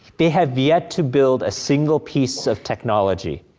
they have yet to build a single piece of technology.